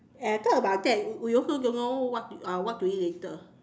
and I talk about that we also don't know what to uh what to eat later